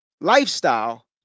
lifestyle